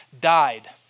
died